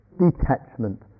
detachment